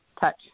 touch